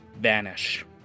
vanish